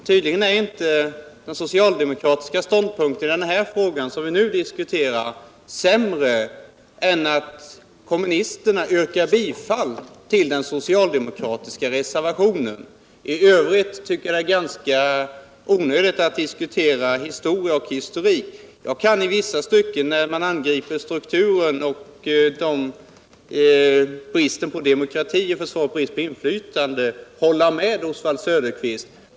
Herr talman! Tydligen är inte den socialdemokratiska ståndpunkten i den här frågan som vi nu diskuterar sämre än att kommunisterna yrkar bifall till I övrigt tycker jag det är ganska onödigt att diskutera historia. Jag kan i vissa stycken beträffande strukturen och bristen på demokrati och inflytande hålla med Oswald Söderqvist.